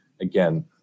again